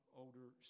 older